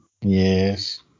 Yes